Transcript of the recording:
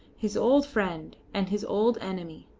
his old friend and his old enemy,